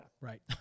Right